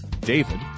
David